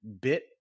bit